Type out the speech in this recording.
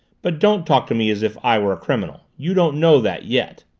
but don't talk to me as if i were a criminal. you don't know that yet.